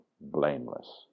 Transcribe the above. blameless